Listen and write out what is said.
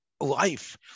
life